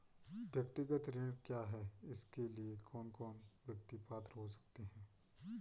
व्यक्तिगत ऋण क्या है इसके लिए कौन कौन व्यक्ति पात्र हो सकते हैं?